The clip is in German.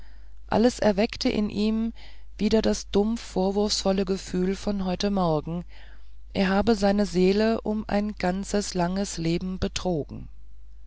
alles erweckte in ihm wieder das dumpfe vorwurfsvolle gefühl von heute morgen er habe seine seele um ein ganzes langes leben betrogen